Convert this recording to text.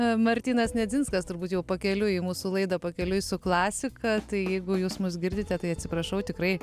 martynas nedzinskas turbūt jau pakeliui į mūsų laidą pakeliui su klasika tai jeigu jūs mus girdite tai atsiprašau tikrai